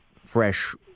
fresh